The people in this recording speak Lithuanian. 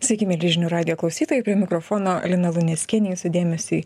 sveiki mieli žinių radijo klausytojai prie mikrofono lina luneckienė jūsų dėmesiui